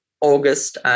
August